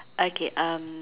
okay um